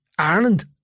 Ireland